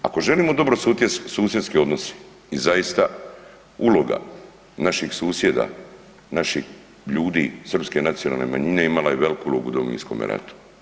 Ako želimo dobrosusjedske odnose i zaista uloga naših susjeda, naših ljudi srpske nacionalne manjine imala je veliku ulogu u Domovinskom ratu.